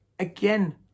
again